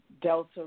Delta